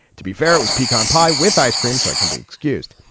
to be fair, it was pecan pie with ice cream so i can be excused.